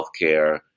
healthcare